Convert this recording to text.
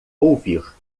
ouvir